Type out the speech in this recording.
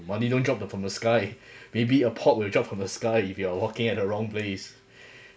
money don't drop from the sky maybe a pot will drop from the sky if you are walking at the wrong place